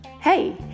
Hey